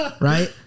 right